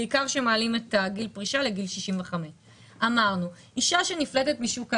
בעיקר כשמעלים את גיל הפרישה לגיל 65. אמרנו שאישה שנפלטת משוק העבודה,